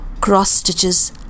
cross-stitches